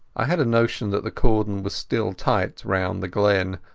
i had a notion that the cordon was still tight round the glen,